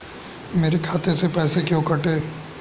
मेरे खाते से पैसे क्यों कटे?